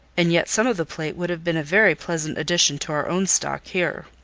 and yet some of the plate would have been a very pleasant addition to our own stock here.